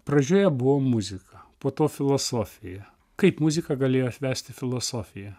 pradžioje buvo muzika po to filosofija kaip muzika galėjo atvest į filosofiją